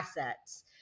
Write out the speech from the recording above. assets